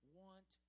want